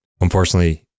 unfortunately